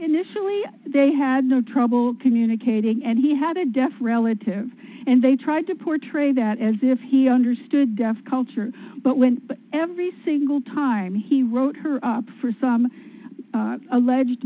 initially they had no trouble communicating and he had a deaf relative and they tried to portray that as if he understood deaf culture but when every single time he wrote her up for some alleged